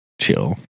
chill